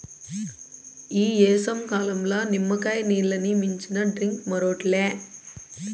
ఈ ఏసంకాలంల నిమ్మకాయ నీల్లని మించిన డ్రింక్ మరోటి లే